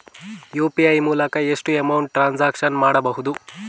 UPI ಮೂಲಕ ಎಷ್ಟು amount transaction ಮಾಡಬಹುದು?